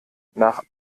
nach